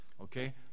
Okay